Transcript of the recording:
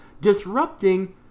disrupting